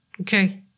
Okay